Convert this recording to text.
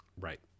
Right